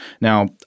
Now